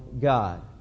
God